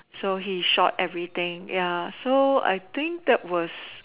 so he shot everything ya so I think that was